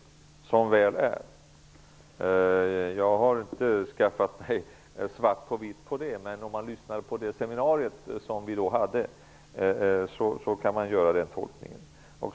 Jag har inte skaffat mig svart på vitt på detta, men efter att ha lyssnat på seminariet kan man göra den tolkningen.